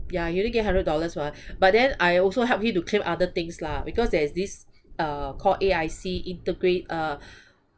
ya you only get hundred dollars [one] but then I also helped him to claim other things lah because there's this uh called A_I_C integrate uh